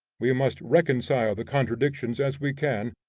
we must reconcile the contradictions as we can,